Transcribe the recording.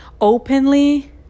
openly